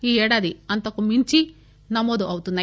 ఈ ఏడాది అంతకుమించి నమోదవుతున్నాయి